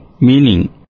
meaning